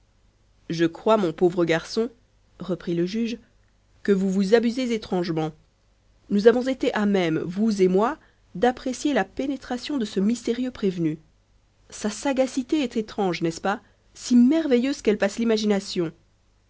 je crois mon pauvre garçon reprit le juge que vous vous abusez étrangement nous avons été à même vous et moi d'apprécier la pénétration de ce mystérieux prévenu sa sagacité est étrange n'est-ce pas si merveilleuse qu'elle passe l'imagination